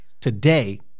today